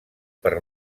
per